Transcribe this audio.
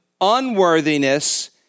unworthiness